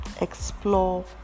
explore